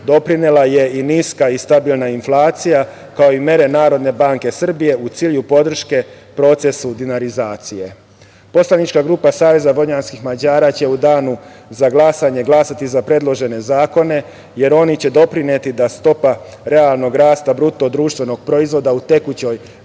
doprinela je i niska i stabilna inflacija, kao i mere Narodne banke Srbije u cilju podrške procesu dinarizacije. Poslanička grupa Saveza vojvođanskih Mađara će u danu za glasanje glasati za predložene zakone, jer oni će doprineti da stopa realnog rasta BDP u tekućoj 2021.